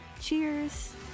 Cheers